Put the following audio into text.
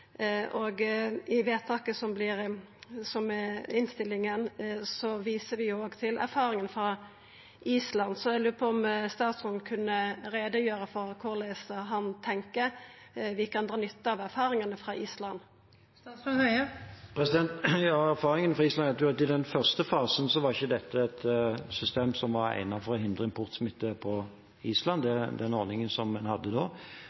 I forslaget til vedtak i innstillinga viser vi òg til erfaringane frå Island, så eg lurer på om statsråden kunne gjera greie for korleis han tenkjer vi kan dra nytte av erfaringane frå Island. Erfaringene fra Island etter den første fasen var at den ordningen en hadde da, ikke var et system som var egnet for å hindre importsmitte på Island.